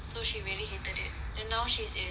so she really hated it and now she's in